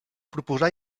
proposar